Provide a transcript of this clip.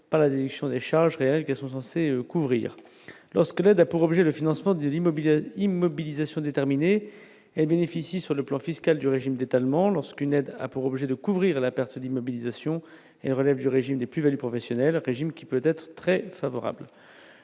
par l'addition des charges réelles sont censées couvrir lorsque l'aide a pour objet le financement de l'immobilier, l'immobilisation déterminé et bénéficie sur le plan fiscal du régime d'étalement lorsqu'une aide a pour objet de couvrir la perte d'immobilisation et relève du régime des plus-values professionnelles régime qui peut-être très favorable,